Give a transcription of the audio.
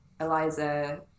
eliza